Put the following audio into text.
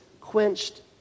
quenched